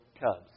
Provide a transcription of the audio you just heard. Cubs